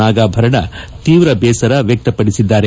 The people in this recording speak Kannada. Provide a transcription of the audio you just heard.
ನಾಗಾಭರಣ ತೀವ್ರ ದೇಸರ ವ್ಯಕ್ತಪಡಿಸಿದ್ದಾರೆ